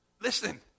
Listen